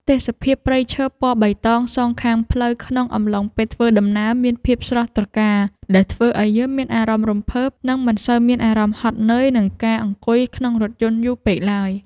ទេសភាពព្រៃឈើពណ៌បៃតងសងខាងផ្លូវក្នុងអំឡុងពេលធ្វើដំណើរមានភាពស្រស់ត្រកាលដែលធ្វើឱ្យយើងមានអារម្មណ៍រំភើប និង មិនសូវមានអារម្មណ៍ហត់នឿយនឹងការអង្គុយក្នុងរថយន្តយូរពេកឡើយ។